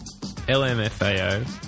LMFAO